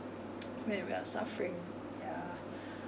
when we are suffering yeah